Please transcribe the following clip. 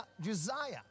Josiah